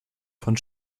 von